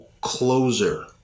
closer